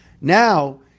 now